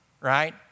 right